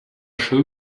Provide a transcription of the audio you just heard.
show